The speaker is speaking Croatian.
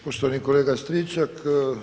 Poštovani kolega Stričak.